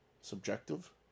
subjective